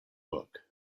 book